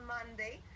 Monday